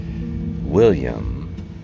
William